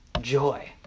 Joy